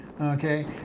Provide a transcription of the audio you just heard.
okay